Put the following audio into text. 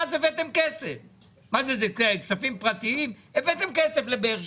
קביעת סכום ההשתתפות מיוחד של הממשלה בהוצאות התקציב של המועצות